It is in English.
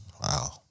Wow